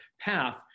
path